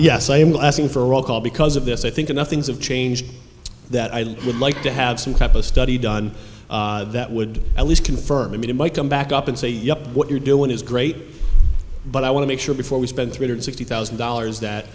i am laughing for roll call because of this i think enough things have changed that i would like to have some type of study done that would at least confirm it it might come back up and say yup what you're doing is great but i want to make sure before we spend three hundred sixty thousand dollars that